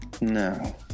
No